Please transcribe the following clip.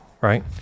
right